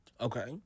okay